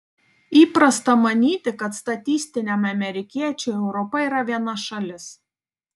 įprasta manyti kad statistiniam amerikiečiui europa yra viena šalis